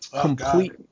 complete